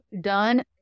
done